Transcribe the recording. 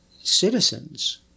citizen's